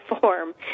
form